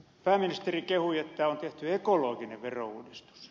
pääministeri kehui että on tehty ekologinen verouudistus